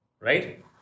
Right